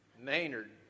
Maynard